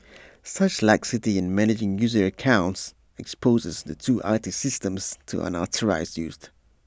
such laxity in managing user accounts exposes the two I T systems to unauthorised used